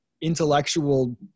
intellectual